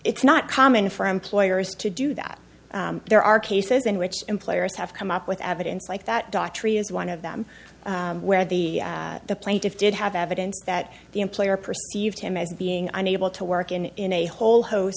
it's not common for employers to do that there are cases in which employers have come up with evidence like that da tree is one of them where the the plaintiff did have evidence that the employer perceived him as being unable to work and in a whole host